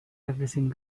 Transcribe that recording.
everything